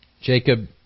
Jacob